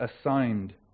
assigned